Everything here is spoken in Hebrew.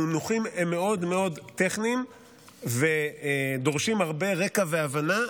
המינוחים הם מאוד מאוד טכניים ודורשים הרבה רקע והבנה,